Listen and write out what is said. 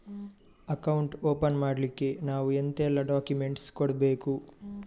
Account open ಮಾಡ್ಲಿಕ್ಕೆ ನಾವು ಎಂತೆಲ್ಲ ಡಾಕ್ಯುಮೆಂಟ್ಸ್ ಕೊಡ್ಬೇಕು?